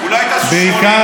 אולי תעשו 80